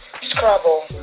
scrabble